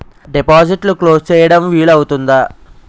డిపాజిట్లు క్లోజ్ చేయడం వీలు అవుతుందా?